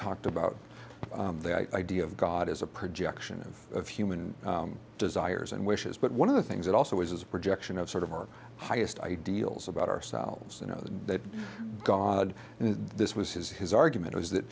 talked about the idea of god as a projection of human desires and wishes but one of the things that also is a projection of sort of our highest ideals about ourselves you know that god and this was his his argument was that